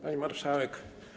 Pani Marszałek!